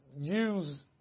use